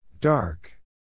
Dark